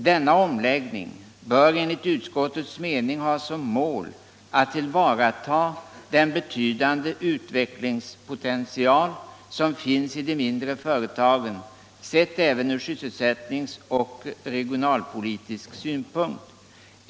Denna omläggning bör enligt utskottets mening ha som mål att ta tillvara den betydande utvecklingspotential som finns i de mindre företagen sett även ur sysselsättningsoch regionalpolitisk synpunkt.